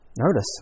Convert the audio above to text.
Notice